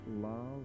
love